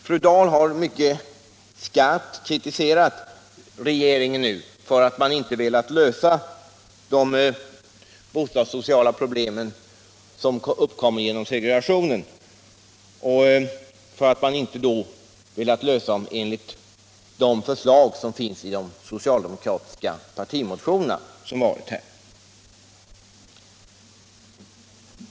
Fru Dahl har mycket starkt kritiserat regeringen för att den inte velat lösa de bostadssociala problem som uppkommer genom segregationen — alltså inte velat lösa dem enligt de förslag som finns i de socialdemokratiska partimotioner som väckts.